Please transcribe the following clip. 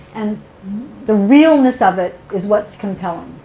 and the realness of it is what's compelling.